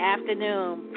afternoon